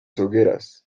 hogueras